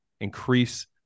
increase